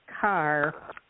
car